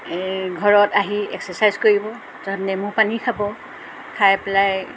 ঘৰত আহি এক্সাৰচাইজ কৰিব নেমু পানী খাব খাই পেলাই